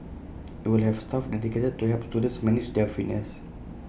IT will have staff dedicated to help students manage their fitness